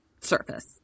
Surface